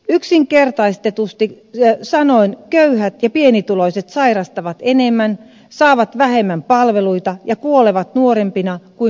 yksinkertaistetusti sanoen köyhät ja pienituloiset sairastavat enemmän saavat vähemmän palveluita ja kuolevat nuorempina kuin hyvätuloiset